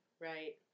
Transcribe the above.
right